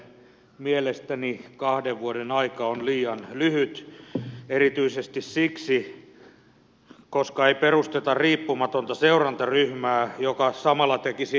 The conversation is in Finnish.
mielestäni kahden vuoden aika on liian lyhyt erityisesti siksi koska ei perusteta riippumatonta seurantaryhmää joka samalla tekisi tutkimustyötä